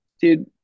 dude